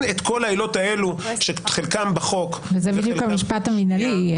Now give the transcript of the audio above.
את כל העילות האלה שחלקן בחוק וחלקן --- זה בדיוק המשפט המינהלי.